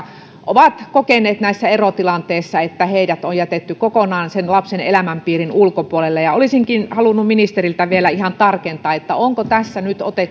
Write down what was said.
ovat kokeneet näissä erotilanteissa että heidät on jätetty kokonaan sen lapsen elämänpiirin ulkopuolelle olisinkin halunnut ministeriltä vielä ihan tarkentaa onko tässä nyt otettu